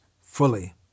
fully